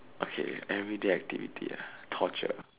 okay everyday activity ah torture